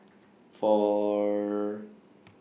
four